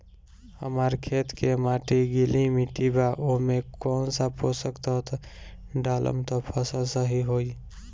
हमार खेत के माटी गीली मिट्टी बा ओमे कौन सा पोशक तत्व डालम त फसल सही होई?